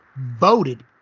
voted